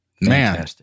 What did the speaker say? Man